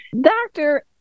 Doctor